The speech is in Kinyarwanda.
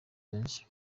benshi